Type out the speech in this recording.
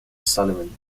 sullivan